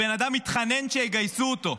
הבן אדם התחנן שיגייסו אותו.